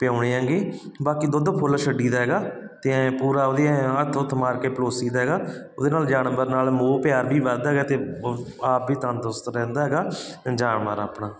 ਪਿਆਉਂਦੇ ਹੈਗੇ ਬਾਕੀ ਦੁੱਧ ਫੁੱਲ ਛੱਡੀ ਦਾ ਹੈਗਾ ਅਤੇ ਐਂ ਪੂਰਾ ਵਧੀਆ ਹੱਥ ਹੁੱਥ ਮਾਰ ਕੇ ਪਲੋਸੀ ਦਾ ਹੈਗਾ ਉਹਦੇ ਨਾਲ ਜਾਨਵਰਾਂ ਨਾਲ ਮੋਹ ਪਿਆਰ ਵੀ ਵੱਧਦਾ ਹੈਗਾ ਅਤੇ ਉਹ ਆਪ ਵੀ ਤੰਦਰੁਸਤ ਰਹਿੰਦਾ ਹੈਗਾ ਜਾਨਵਰ ਆਪਣਾ